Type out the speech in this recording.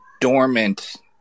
dormant